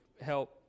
help